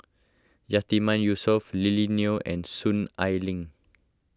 Yatiman Yusof Lily Neo and Soon Ai Ling